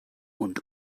und